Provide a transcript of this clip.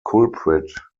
culprit